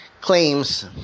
claims